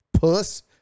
puss